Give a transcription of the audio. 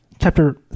chapter